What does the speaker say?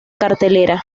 cartelera